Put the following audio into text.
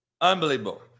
unbelievable